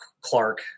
Clark